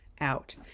out